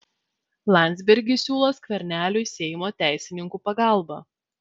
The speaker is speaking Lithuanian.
landsbergis siūlo skverneliui seimo teisininkų pagalbą